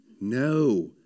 No